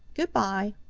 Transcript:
good-by.